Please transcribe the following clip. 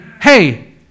hey